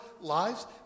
lives